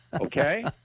okay